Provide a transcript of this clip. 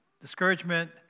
discouragement